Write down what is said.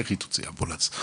איך היא תוציא אמבולנס?